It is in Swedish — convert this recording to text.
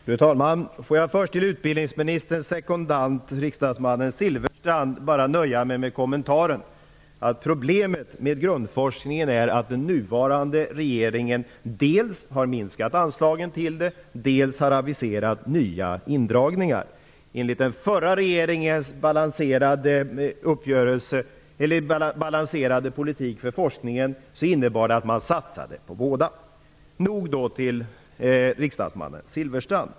Fru talman! Får jag först till utrikesministerns sekundant, riksdagsmannen Silfverstrand, bara nöja mig med kommentaren att problemet med grundforskningen är att den nuvarande regeringen dels har minskat anslagen till den, dels har aviserat nya indragningar. Den förra regeringens balanserade politik för forskningen innebar att man satsade på båda. Nog till riksdagsmannen Silfverstrand.